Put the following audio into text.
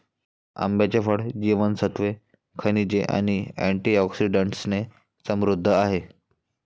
आंब्याचे फळ जीवनसत्त्वे, खनिजे आणि अँटिऑक्सिडंट्सने समृद्ध आहे